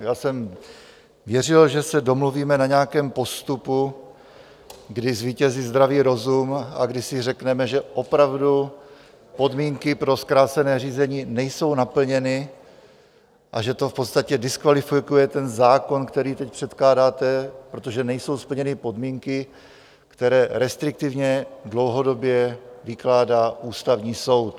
Já jsem věřil, že se domluvíme na nějakém postupu, kdy zvítězí zdravý rozum a kdy si řekneme, že opravdu podmínky pro zkrácené řízení nejsou naplněny a že to v podstatě diskvalifikuje ten zákon, který teď předkládáte, protože nejsou splněny podmínky, které restriktivně dlouhodobě vykládá Ústavní soud.